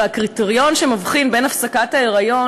והקריטריון שמבחין בין הפסקת היריון